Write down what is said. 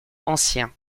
ancien